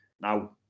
Now